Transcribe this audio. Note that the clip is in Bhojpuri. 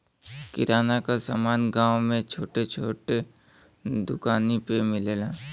किराना क समान गांव में छोट छोट दुकानी पे मिलेला